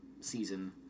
season